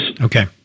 okay